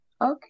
Okay